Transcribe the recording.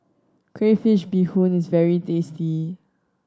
crayfish beehoon is very tasty